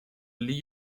لیگ